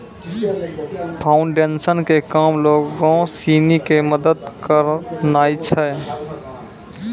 foundation के काम लोगो सिनी के मदत करनाय छै